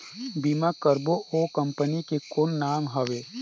बीमा करबो ओ कंपनी के कौन नाम हवे?